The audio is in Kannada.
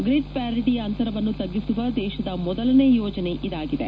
ಗ್ರಿಡ್ ಪ್ನಾರಿಟಿ ಅಂತರವನ್ನು ತಗ್ಗಿಸುವ ದೇಶದ ಮೊದಲನೇ ಯೋಜನೆ ಇದಾಗಿದೆ